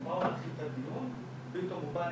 כן מעניין אותי הנושא של הסדרת הבטחון וחוק שירותי אבטחה,